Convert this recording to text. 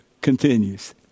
Continues